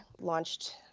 launched